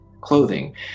clothing